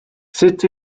sut